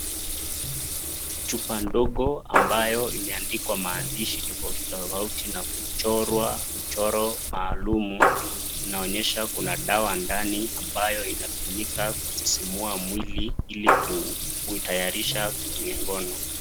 Chupa ndogo ambayo imeandikwa maandishi tofauti tofauti na kuchorwa mchoro maalumu inaonyesha kuna dawa ndani ambayo inatumika kusisimua mwili ili kutayarisha kwenye ngono.